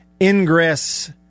ingress